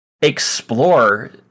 explore